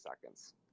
seconds